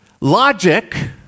logic